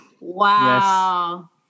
Wow